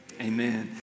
Amen